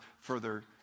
further